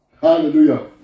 Hallelujah